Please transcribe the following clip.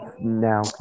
now